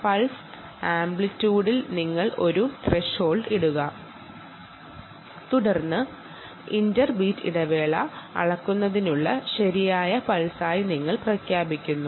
pulse ആംപ്ലിറ്റ്യൂഡിൽ നിങ്ങൾ ഒരു ത്രെഷോൾഡ് ഇടുക തുടർന്ന് ഇന്റർ ബീറ്റ് ഇടവേള അളക്കുന്നതിനുള്ള ശരിയായ പൾസായി അതിനെ കണക്കാക്കാം